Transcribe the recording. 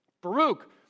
Baruch